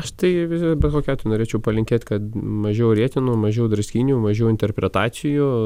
aš tai bet kokiu atveju norėčiau palinkėt kad mažiau rietenų mažiau draskynių mažiau interpretacijų